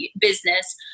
business